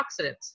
antioxidants